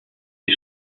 des